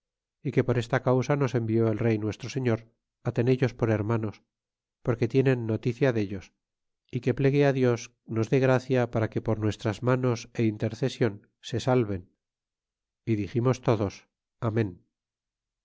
y que per esta causa nos envió el rey nuestro seficr a tenellos por hermanos porque tienen noticia dellos y que plegue dios nos dé gracia para que por nuestras manós é intercesion se salven y diximos todos amen